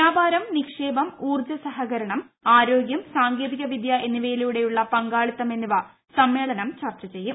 വ്യാപാരം നിക്ഷേപം ഊർജ സഹകരണം ആരോഗ്യം സാങ്കേതികവിദൃ എന്നിവയിലുള്ള പങ്കാളിത്തം എന്നിവ സമ്മേളനം ചർച്ച ചെയ്യും